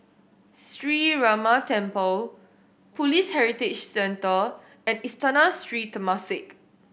Sree Ramar Temple Police Heritage Centre and Istana Sri Temasek